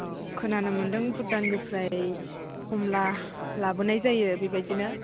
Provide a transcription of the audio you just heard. औ खोनानो मोन्दों भुटाननिफ्राय खमला लाबोनाय जायो बिबायदिनो